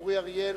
אריאל.